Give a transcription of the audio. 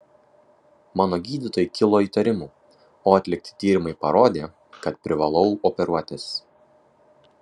mano gydytojai kilo įtarimų o atlikti tyrimai parodė kad privalau operuotis